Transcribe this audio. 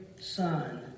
son